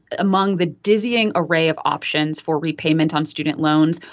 among the dizzying array of options for repayment on student loans,